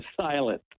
silent